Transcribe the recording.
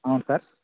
అవును సార్